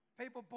people